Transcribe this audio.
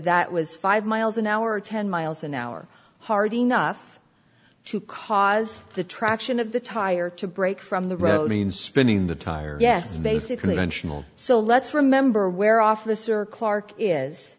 that was five miles an hour ten miles an hour hard enough to cause the traction of the tire to break from the road in spinning the tires yes basically tensional so let's remember where officer clark is